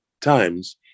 times